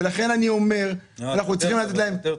ולכן אני אומר שאנחנו צריכים לתת להם -- רק יותר טוב.